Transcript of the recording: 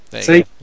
See